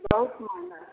बहुत महगा